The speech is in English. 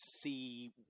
see